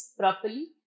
properly